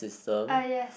ah yes